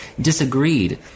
disagreed